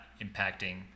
impacting